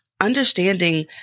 understanding